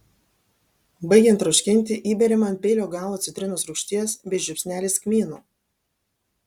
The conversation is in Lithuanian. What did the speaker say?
baigiant troškinti įberiama ant peilio galo citrinos rūgšties bei žiupsnelis kmynų